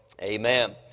Amen